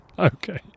okay